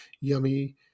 yummy